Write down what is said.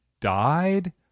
died